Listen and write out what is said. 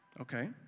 Okay